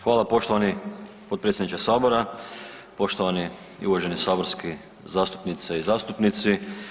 Hvala poštovani potpredsjedniče sabora, poštovani i uvaženi saborski zastupnice i zastupnici.